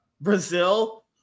Brazil